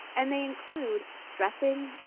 and they include dressing,